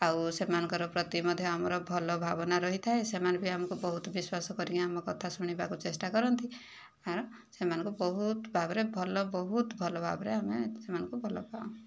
ଆଉ ସେମାନଙ୍କର ପ୍ରତି ମଧ୍ୟ ଆମର ଭଲ ଭାବନା ରହିଥାଏ ସେମାନେ ବି ଆମକୁ ବହୁତ ବିଶ୍ଵାସ କରିକି ଆମ କଥା ଶୁଣିବାକୁ ଚେଷ୍ଟା କରନ୍ତି ଆଉ ସେମାନଙ୍କୁ ବହୁତ ଭାବରେ ଭଲ ବହୁତ ଭଲ ଭାବରେ ଆମେ ସେମାନଙ୍କୁ ଭଲ ପାଉ